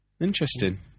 Interesting